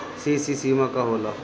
CC सीमा का होला?